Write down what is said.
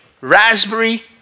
raspberry